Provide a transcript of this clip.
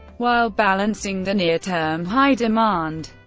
while balancing the near-term high demand.